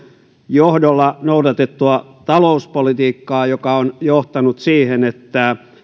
johdolla noudatettua talouspolitiikkaa joka on johtanut siihen että